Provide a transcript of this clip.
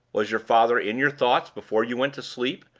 was your father in your thoughts before you went to sleep?